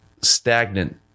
stagnant